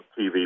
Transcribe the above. TV